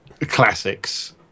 classics